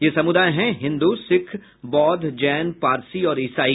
ये समुदाय हैं हिन्दू सिक्ख बौद्ध जैन पारसी और ईसाई